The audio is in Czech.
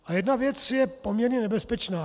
A jedna věc je poměrně nebezpečná.